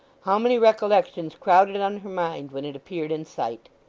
how many recollections crowded on her mind when it appeared in sight!